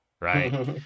right